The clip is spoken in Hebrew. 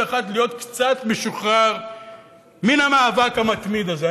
אחד להיות קצת משוחרר מן המאבק המתמיד הזה.